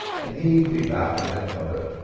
an' he'd be back in the cupboard.